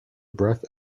breath